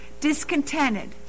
Discontented